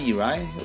right